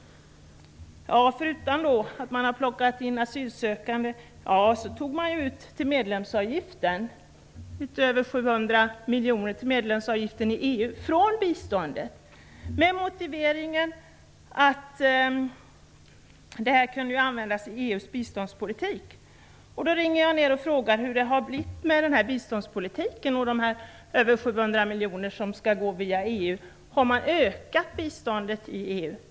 Förutom att man har plockat in asylsökande i biståndsbudgeten tog man medlemsavgiften till EU, 700 miljoner, från biståndet, med motiveringen att detta kunde användas i EU:s biståndspolitik. Jag ringde ner och frågade hur det har gått med biståndspolitiken och de över 700 miljoner som skall gå via EU. Har man ökat biståndet i EU?